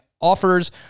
offers